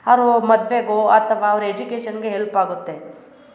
ಅವ್ರ ಮದುವೆಗೋ ಅಥವಾ ಅವ್ರ ಎಜುಕೇಷನ್ಗೆ ಹೆಲ್ಪ್ ಆಗುತ್ತೆ